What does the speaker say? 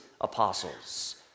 apostles